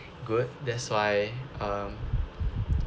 good that's why um